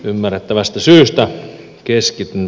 ymmärrettävästä syystä keskityn